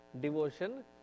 devotion